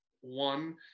one